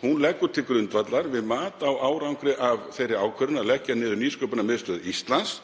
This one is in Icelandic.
hún leggi til grundvallar við mat á árangri af þeirri ákvörðun að leggja niður Nýsköpunarmiðstöð Íslands.